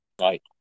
Right